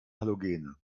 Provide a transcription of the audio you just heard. halogene